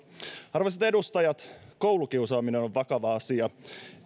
arvoisat edustajat koulukiusaaminen on vakava asia